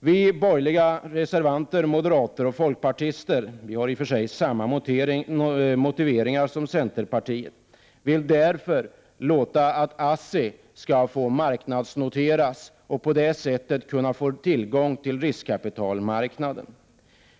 Vi borgerliga reservanter, moderater och folkpartister, — vi har i och för sig samma motivering som centerpartiet — vill att ASSI skall noteras på marknaden och därigenom kunna få tillgång till riskkapital.